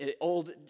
old